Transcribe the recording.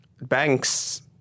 banks